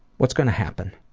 what's gonna happen?